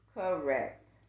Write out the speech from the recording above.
Correct